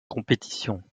compétition